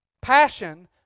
Passion